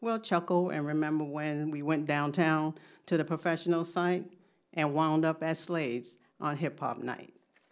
well chucko and remember when we went downtown to the professional site and wound up as slaves hip hop night